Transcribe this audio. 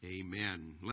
Amen